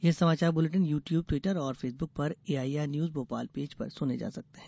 ये समाचार bulletin YouTube Twitter और फेसबुक पर एआईआर न्यूज भोपाल पेज पर सुने जा सकते हैं